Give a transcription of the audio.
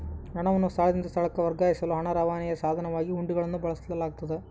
ಹಣವನ್ನು ಸ್ಥಳದಿಂದ ಸ್ಥಳಕ್ಕೆ ವರ್ಗಾಯಿಸಲು ಹಣ ರವಾನೆಯ ಸಾಧನವಾಗಿ ಹುಂಡಿಗಳನ್ನು ಬಳಸಲಾಗ್ತತೆ